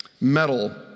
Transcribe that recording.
metal